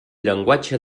llenguatge